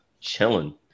chilling